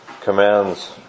commands